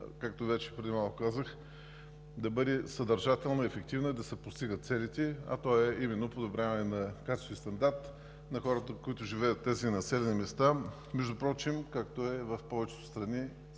както преди малко казах, да бъде съдържателна, ефективна, да се постигат целите, а те са именно подобряване на качеството и стандарта на хората, които живеят в тези населени места, между другото, както е в повечето страни